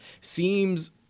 seems